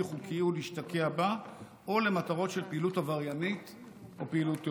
חוקי ולהשתקע בה או למטרות של פעילות עבריינית או פעילות טרור.